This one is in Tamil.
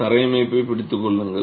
தரை அமைப்பைப் பிடித்துக் கொள்ளுங்கள்